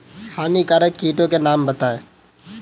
हानिकारक कीटों के नाम बताएँ?